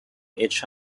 each